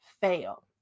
fail